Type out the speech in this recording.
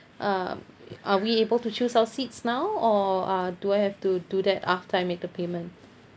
um are we able to choose our seats now or uh do I have to do that after I make the payment